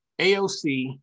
AOC